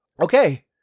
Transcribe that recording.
Okay